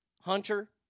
Hunter